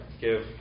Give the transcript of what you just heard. give